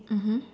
mmhmm